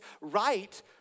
right